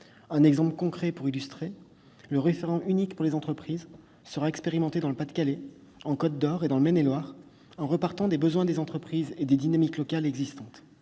dans tout le pays. Ainsi, le référent unique pour les entreprises sera expérimenté dans le Pas-de-Calais, en Côte-d'Or et dans le Maine-et-Loire, en repartant des besoins des entreprises et des dynamiques locales existantes.